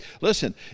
Listen